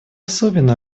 особенно